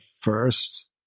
first